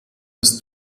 ist